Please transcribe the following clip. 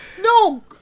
no